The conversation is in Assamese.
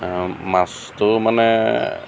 মাছটো মানে